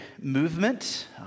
movement